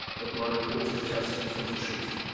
that my report is just and full of truth.